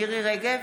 מירי מרים רגב,